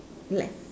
left